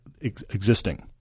existing